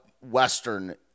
Western